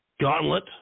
Gauntlet